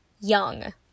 young